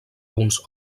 uns